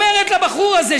אומרת לבחור הזה,